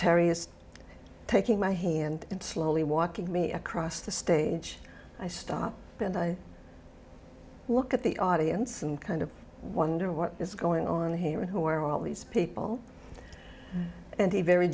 is taking my hand and slowly walking me across the stage i stop and i look at the audience and kind of wonder what is going on here and who are all these people and he very